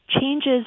changes